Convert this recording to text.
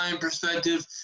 perspective